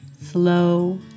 slow